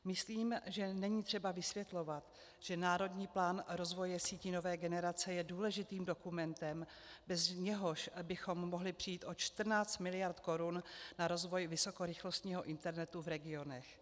Myslím, že není třeba vysvětlovat, že Národní plán rozvoje sítí nové generace je důležitým dokumentem, bez něhož bychom mohli přijít o 14 miliard korun na rozvoj vysokorychlostního internetu v regionech.